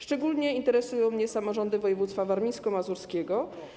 Szczególnie interesują mnie samorządy województwa warmińsko-mazurskiego.